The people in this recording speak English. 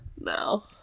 No